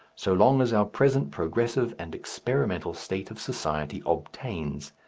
so long as our present progressive and experimental state of society obtains.